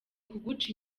kuguca